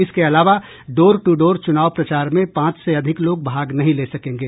इसके अलावा door to door चुनाव प्रचार में पांच से अधिक लोग भाग नहीं ले सकेंगे